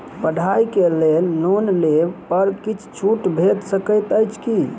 पढ़ाई केँ लेल लोन लेबऽ पर किछ छुट भैट सकैत अछि की?